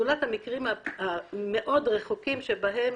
זולת המקרים המאוד רחוקים שבהם